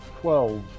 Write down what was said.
Twelve